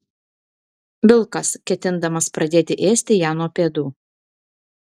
vilkas ketindamas pradėti ėsti ją nuo pėdų